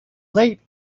late